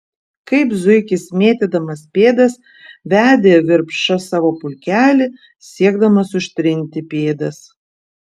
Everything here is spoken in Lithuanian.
kaip zuikis mėtydamas pėdas vedė virpša savo pulkelį siekdamas užtrinti pėdas